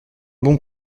bon